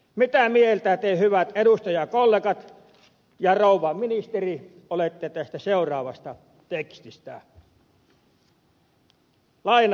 mitä mieltä te hyvät edustajakollegat ja rouva ministeri olette tästä seuraavasta tekstistä